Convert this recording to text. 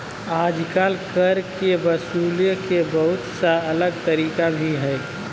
आजकल कर के वसूले के बहुत सा अलग तरीका भी हइ